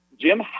Jim